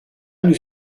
nous